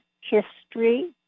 history